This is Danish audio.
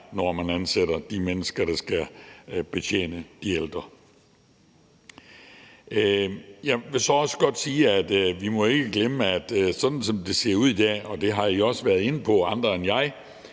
når man ansætter de mennesker, der skal betjene de ældre. Jeg vil så også godt sige, at vi ikke må glemme, at sådan som det ser ud i dag, og det har I også været inde på, så har